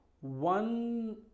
one